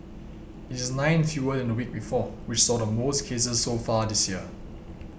it is nine fewer than the week before which saw the most cases so far this year